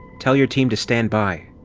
tell your team to stand by!